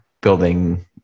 building